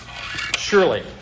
Surely